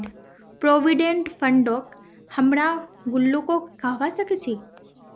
provident फंडक हमरा गुल्लको कहबा सखछी